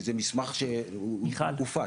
וזה מסמך שהוא הופץ.